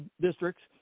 districts